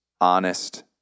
honest